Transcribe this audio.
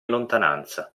lontananza